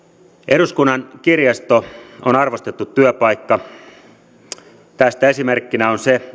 eduskunnan kirjasto on arvostettu työpaikka tästä esimerkkinä on se